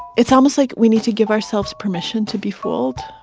it's almost like we need to give ourselves permission to be fooled.